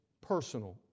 personal